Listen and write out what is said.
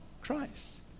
Christ